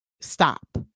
stop